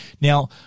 Now